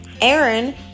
Aaron